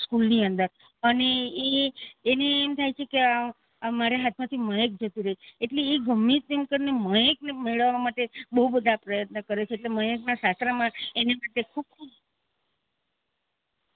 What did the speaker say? સ્કૂલની અંદર અને એ એને એમ થાય છે કે આ આ મારા હાથમાંથી મહેક જતી રહી એટલે એ ગમે તેમ કરીને મહેકને મેળવવા માટે બહુ બધાં પ્રયત્ન કરે છે એટલે મહેકના સાસરામાં એના માટે ખૂબ ખૂબ